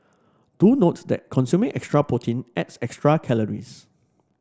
do note that consuming extra protein adds extra calories